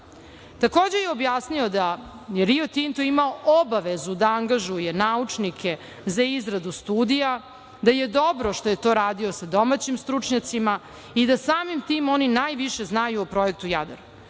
Jadar. Takođe je objasnio da je Rio Tinto imao obavezu da angažuje naučnike za izradu studija, da je dobro što je to radio sa domaćim stručnjacima i da, samim tim, oni najviše znaju o projektu